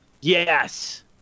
Yes